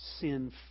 sin